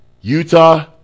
Utah